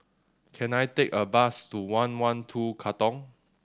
can I take a bus to one One Two Katong